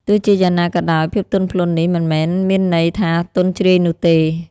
ទោះជាយ៉ាងណាក៏ដោយ ភាពទន់ភ្លន់នេះមិនមែនមានន័យថាទន់ជ្រាយនោះទេ។